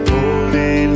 Holy